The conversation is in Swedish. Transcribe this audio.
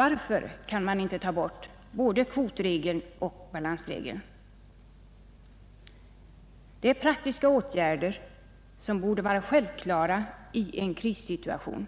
Varför kan man inte helt enkelt ta bort både kvotregeln och balansregeln? Det är praktiska åtgärder som borde vara självklara i en krissituation.